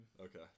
Okay